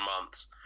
months